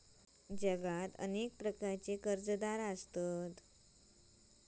जगात अनेक प्रकारचे कर्जदार आसत